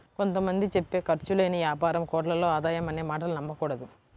కొంత మంది చెప్పే ఖర్చు లేని యాపారం కోట్లలో ఆదాయం అనే మాటలు నమ్మకూడదు